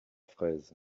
fraise